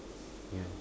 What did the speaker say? yeah